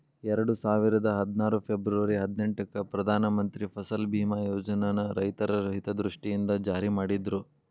ಎರಡುಸಾವಿರದ ಹದ್ನಾರು ಫೆಬರ್ವರಿ ಹದಿನೆಂಟಕ್ಕ ಪ್ರಧಾನ ಮಂತ್ರಿ ಫಸಲ್ ಬಿಮಾ ಯೋಜನನ ರೈತರ ಹಿತದೃಷ್ಟಿಯಿಂದ ಜಾರಿ ಮಾಡಿದ್ರು